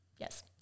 Yes